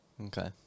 Okay